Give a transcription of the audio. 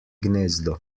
gnezdo